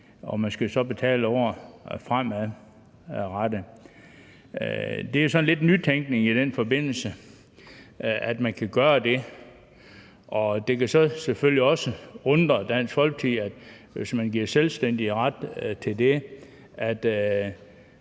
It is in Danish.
Man skal så betale 1 år fremadrettet. Det er sådan lidt nytænkning i den forbindelse, at man kan gøre det. Det kan selvfølgelig også undre Dansk Folkeparti, hvis man giver selvstændige ret til det,